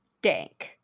Dank